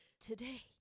today